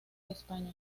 españa